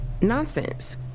Nonsense